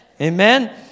Amen